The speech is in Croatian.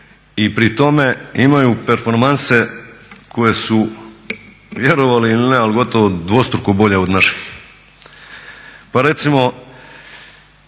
i pri tome imaju performanse koje su vjerovali ili ne ali gotovo dvostruko bolje od naših. Pa recimo